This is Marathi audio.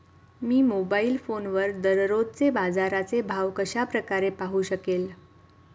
मी मोबाईल फोनवर दररोजचे बाजाराचे भाव कशा प्रकारे पाहू शकेल?